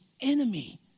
enemy